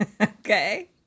Okay